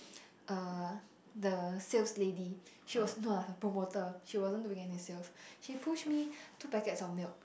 uh the sales lady she was not the promoter she wasn't doing any sales she push me two packets of milk